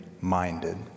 minded